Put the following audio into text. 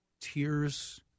tears